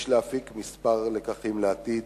יש להפיק כמה לקחים לעתיד,